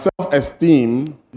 self-esteem